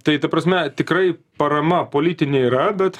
tai ta prasme tikrai parama politinė yra bet